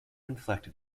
inflected